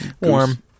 Warm